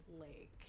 Lake